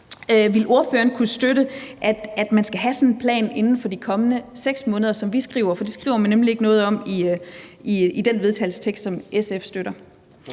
Vil ordføreren kunne støtte, at man skal have sådan en plan inden for de kommende 6 måneder, som vi skriver? For det skriver man nemlig ikke noget om i den vedtagelsestekst, som SF støtter.